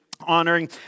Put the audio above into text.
honoring